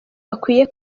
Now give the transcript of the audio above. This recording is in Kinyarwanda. bakwiye